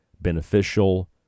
beneficial